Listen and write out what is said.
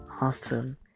awesome